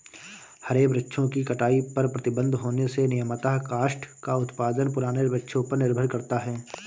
हरे वृक्षों की कटाई पर प्रतिबन्ध होने से नियमतः काष्ठ का उत्पादन पुराने वृक्षों पर निर्भर करता है